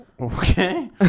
Okay